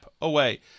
away